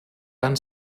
van